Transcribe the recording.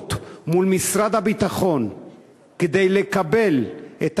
המשפחות מול משרד הביטחון כדי לקבל את